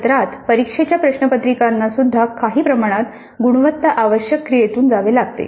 सत्रांत परीक्षेच्या प्रश्नपत्रिकानासुद्धा काही प्रमाणात गुणवत्ता आश्वासक क्रियेतून जावे लागते